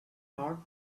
heart